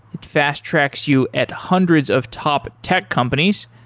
it fast-tracks you at hundreds of top tech companies.